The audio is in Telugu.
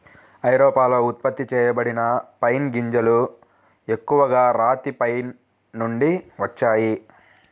ఐరోపాలో ఉత్పత్తి చేయబడిన పైన్ గింజలు ఎక్కువగా రాతి పైన్ నుండి వచ్చాయి